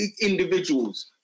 individuals